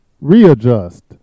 readjust